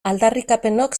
aldarrikapenok